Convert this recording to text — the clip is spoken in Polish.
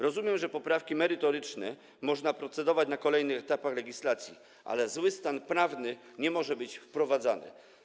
Rozumiem, że nad poprawkami merytorycznymi można procedować na kolejnych etapach legislacji, ale zły stan prawny nie może być wprowadzany.